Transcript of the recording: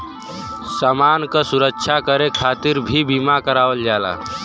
समान क सुरक्षा करे खातिर भी बीमा करावल जाला